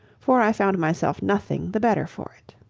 for i found myself nothing the better for it.